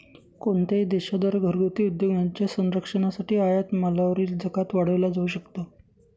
कोणत्याही देशा द्वारे घरगुती उद्योगांच्या संरक्षणासाठी आयात मालावरील जकात वाढवला जाऊ शकतो